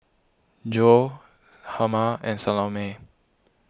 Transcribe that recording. Zoa Herma and Salome